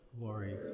Glory